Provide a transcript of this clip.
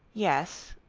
yes.